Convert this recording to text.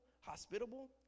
hospitable